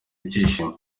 ibyishimo